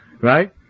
Right